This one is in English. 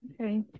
okay